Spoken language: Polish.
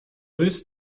jest